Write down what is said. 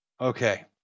Okay